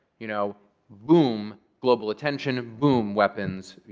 you know boom, global attention. boom, weapons.